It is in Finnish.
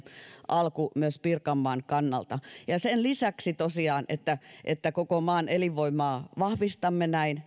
alku myös pirkanmaan kannalta ja sen lisäksi tosiaan että että koko maan elinvoimaa vahvistamme näin